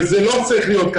וזה לא צריך להיות,